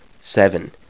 Seven